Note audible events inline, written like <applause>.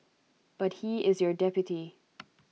but he is your deputy <noise>